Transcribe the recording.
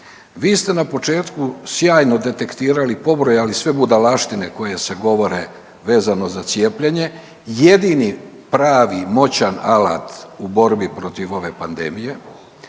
Vi ste na početku sjajno detektirali, pobrojali sve budalaštine koje se govore vezano za cijepljenje. Jedini pravi moćan alat u borbi protiv ove pandemije,